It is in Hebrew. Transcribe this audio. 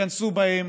תיכנסו בהם,